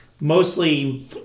mostly